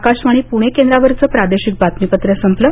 आकाशवाणी पुणे केंद्रावरचं प्रादेशिक बातमीपत्र संपलं